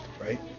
right